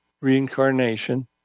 reincarnation